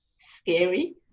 Scary